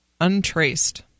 Untraced